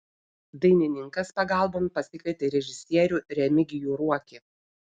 dainininkas pagalbon pasikvietė režisierių remigijų ruokį